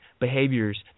behaviors